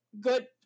good